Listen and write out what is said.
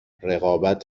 رقابت